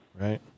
right